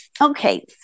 okay